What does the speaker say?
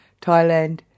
Thailand